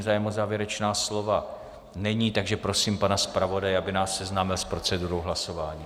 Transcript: Zájem o závěrečná slova není, takže prosím pana zpravodaje, aby nás seznámil s procedurou hlasování.